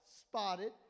spotted